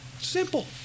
Simple